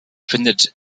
findet